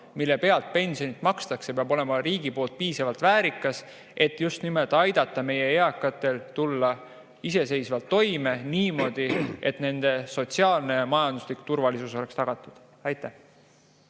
mille pealt pensioni makstakse, peab olema piisavalt väärikas. Riik peab aitama meie eakatel tulla iseseisvalt toime niimoodi, et nende sotsiaalne ja majanduslik turvalisus oleks tagatud. Aitäh!